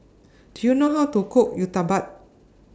Do YOU know How to Cook Uthapam